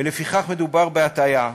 ולפיכך מדובר בהטעיה,